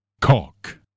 Cock